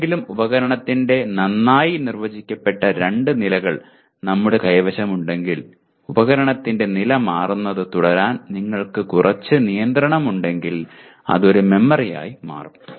ഏതെങ്കിലും ഉപകരണത്തിന്റെ നന്നായി നിർവചിക്കപ്പെട്ട രണ്ട് നിലകൾ നമ്മുടെ കൈവശമുണ്ടെങ്കിൽ ഉപകരണത്തിന്റെ നില മാറുന്നത് തുടരാൻ നിങ്ങൾക്ക് കുറച്ച് നിയന്ത്രണമുണ്ടെങ്കിൽ അത് ഒരു മെമ്മറിയായി മാറും